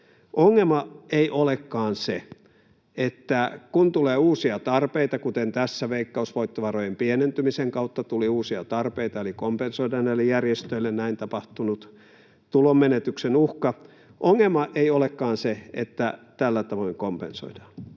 ongelma ei olekaan se, että kun tulee uusia tarpeita, kuten tässä veikkausvoittovarojen pienentymisen kautta tuli uusia tarpeita eli kompensoidaan näille järjestöille näin tapahtunut tulonmenetyksen uhka — ongelma ei olekaan se, että tällä tavoin kompensoidaan